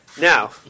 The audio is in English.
Now